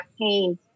pain